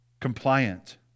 compliant